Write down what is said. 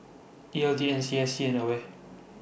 E L D N S C S and AWARE